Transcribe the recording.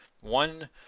one